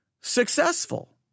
successful